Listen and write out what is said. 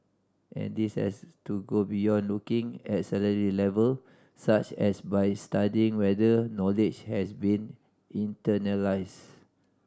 and this has to go beyond looking at salary level such as by studying whether knowledge has been internalised